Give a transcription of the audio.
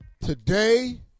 today